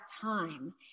time